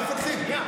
לא, שנייה.